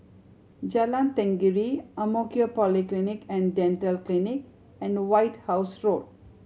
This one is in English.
Jalan Tenggiri Ang Mo Kio Polyclinic and Dental Clinic and White House Road